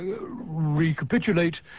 recapitulate